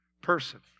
person